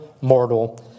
mortal